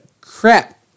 crap